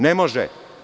Ne može.